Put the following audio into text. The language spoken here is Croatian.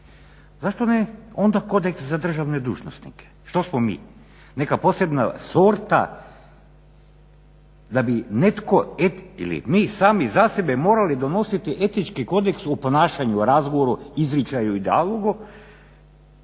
Zašto ne onda kodeks za državne dužnosnike? Što smo mi? Neka posebna sorta, da bi netko ili mi sami za sebe morali donositi etički kodeks u ponašanju, u razgovoru, izričaju i